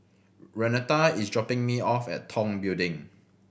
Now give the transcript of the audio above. renata is dropping me off at Tong Building